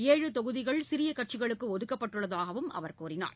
ஏழு தொகுதிகள் சிறிய கட்சிகளுக்கு ஒதுக்கப்பட்டுள்ளதாகவும் அவர் கூறினார்